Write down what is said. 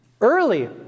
Early